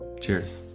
cheers